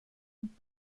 und